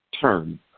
turn